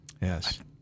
Yes